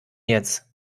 jetzt